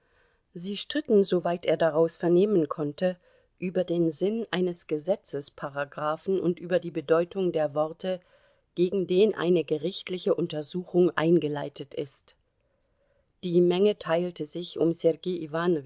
sie stritten soweit er daraus vernehmen konnte über den sinn eines gesetzesparagraphen und über die bedeutung der worte gegen den eine gerichtliche untersuchung eingeleitet ist die menge teilte sich um sergei